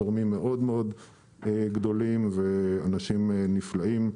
תורמים מאוד מאוד גדולים ואנשים נפלאים,